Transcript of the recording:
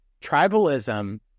tribalism